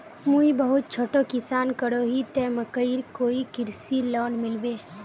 मुई बहुत छोटो किसान करोही ते मकईर कोई कृषि लोन मिलबे?